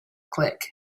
click